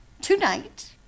Tonight